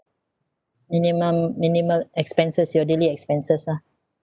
minimum minimum expenses your daily expenses lah